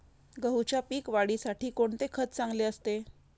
गहूच्या पीक वाढीसाठी कोणते खत चांगले असते?